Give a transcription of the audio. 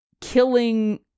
killing